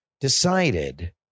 decided